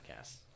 podcasts